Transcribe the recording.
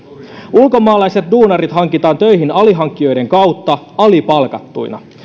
ulkomaalaiset duunarit hankitaan töihin alihankkijoiden kautta alipalkattuina